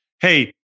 hey